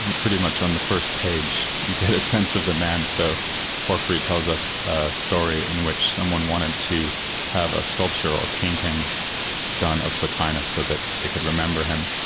pretty much on the first page you get a sense of the man, so porphyry tells us a story in which someone wanted to have a sculpture or painting done of plotinus so that they could remember him,